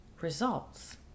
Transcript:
results